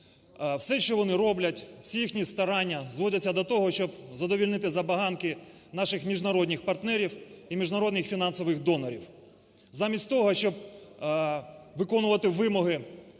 Все, що вони роблять, всі їхні старання зводяться до того, щоб задовольнити забаганки наших міжнародних партнерів і міжнародних фінансових донорів. Замість того, щоб виконувати вимоги